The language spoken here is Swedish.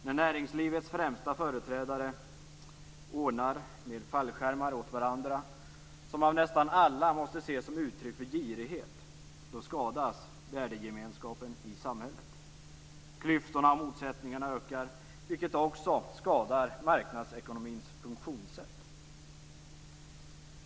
När näringslivets främsta företrädare ordnar fallskärmar, som av nästan alla måste ses som uttryck för girighet, åt varandra skadas värdegemenskapen i samhället. Klyftorna och motsättningarna ökar, vilket också skadar marknadsekonomins funktionssätt.